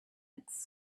its